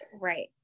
right